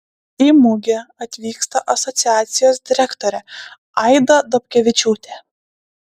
į mugę atvyksta asociacijos direktorė aida dobkevičiūtė